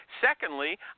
Secondly